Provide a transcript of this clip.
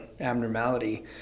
abnormality